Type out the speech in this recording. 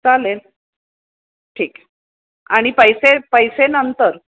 चालेल ठीक आणि पैसे पैसे नंतर